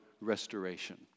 restoration